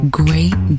great